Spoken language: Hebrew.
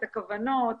את הכוונות,